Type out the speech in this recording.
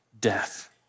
death